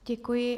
Děkuji.